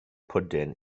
pwdin